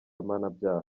mpanabyaha